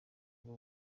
bwo